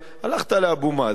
הלכת לאבו מאזן.